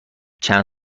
چند